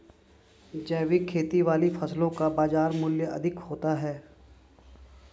जैविक खेती वाली फसलों का बाजार मूल्य अधिक होता है